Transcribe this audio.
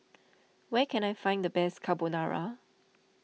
where can I find the best Carbonara